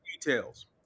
details